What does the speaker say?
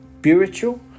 spiritual